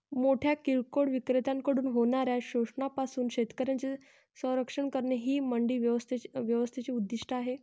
मोठ्या किरकोळ विक्रेत्यांकडून होणाऱ्या शोषणापासून शेतकऱ्यांचे संरक्षण करणे हे मंडी व्यवस्थेचे उद्दिष्ट आहे